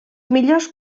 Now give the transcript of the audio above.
millors